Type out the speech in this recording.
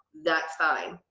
that's fine.